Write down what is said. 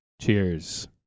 Cheers